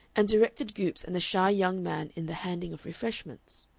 and directed goopes and the shy young man in the handing of refreshments.